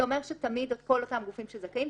זה אומר שכל אותם גופים שזכאים,